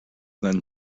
then